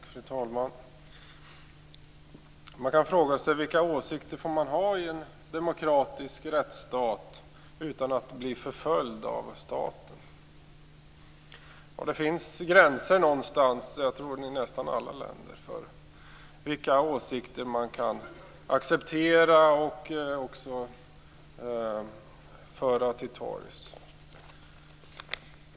Fru talman! Man kan fråga sig vilka åsikter människor får ha i en demokratisk rättsstat utan att bli förföljda av staten. Det finns i nästan alla länder någonstans gränser för vilka åsikter som kan accepteras och också föras till torgs.